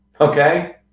okay